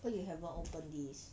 why you haven't open this